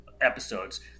episodes